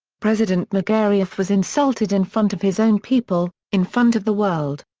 president magariaf was insulted in front of his own people, in front of the world.